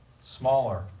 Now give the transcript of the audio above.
smaller